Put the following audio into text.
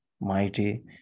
mighty